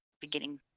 beginning